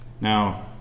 Now